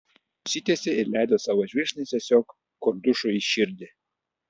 išsitiesė ir leido savo žvilgsnį tiesiog kordušui į širdį